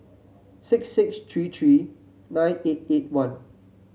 six six three three nine eight eight one